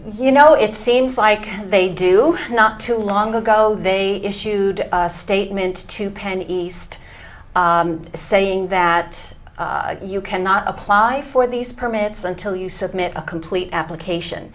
you know it seems like they do not too long ago they issued a statement to penn east saying that you cannot apply for these permits until you submit a complete application